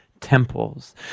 temples